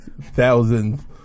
thousands